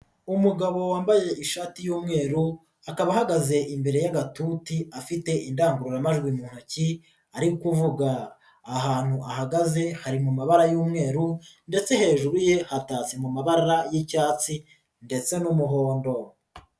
Umugabo wambaye ishati yumweru, akaba ahagaze imbere y'agatuti afite indangurura majwi mu ntoki ari kuvuga, ahantu ahagaze hari mumabara y'umweru ndetse hejuru ye hatatse mu mabara y'icyatsi ndetse n'umuhondo.